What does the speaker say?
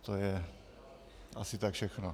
To je asi tak všechno.